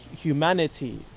humanity